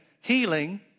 Healing